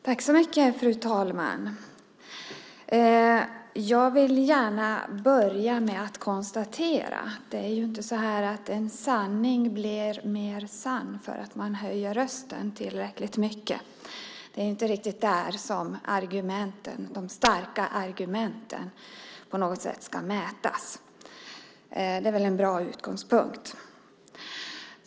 Fru talman! Jag vill gärna börja med att konstatera att en sanning inte blir mer sann för att man höjer rösten. Det är inte riktigt så som de starka argumenten på något sätt ska mätas. Det är väl en bra utgångspunkt?